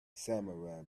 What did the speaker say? samurai